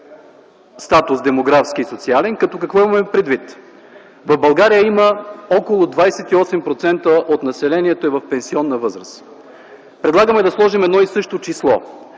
затруднен демографски и социален статус. Какво имаме предвид? В България около 28% от населението е в пенсионна възраст. Предлагаме да сложим едно и също число: